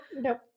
nope